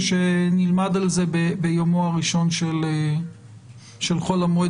ושנלמד על זה ביומו הראשון של חול המועד